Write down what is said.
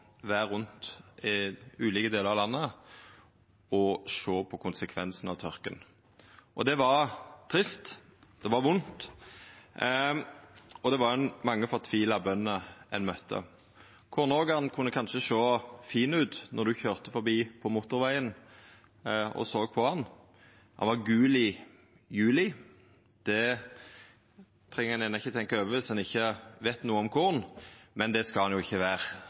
rundt i ulike delar av landet og sjå på konsekvensane av tørka. Det var trist, det var vondt, og det var mange fortvila bønder ein møtte. Kornåkeren kunne kanskje sjå fin ut når ein køyrde forbi på motorvegen og såg på han. Han var gul i juli. Det treng ein ikkje tenkja over om ein ikkje veit noko om korn, men det skal han jo ikkje